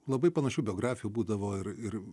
labai panašių biografijų būdavo ir ir